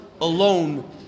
alone